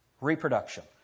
reproduction